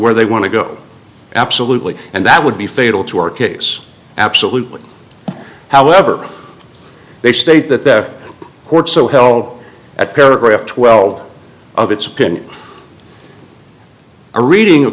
where they want to go absolutely and that would be fatal to our case absolutely however they state that the court so held at paragraph twelve of its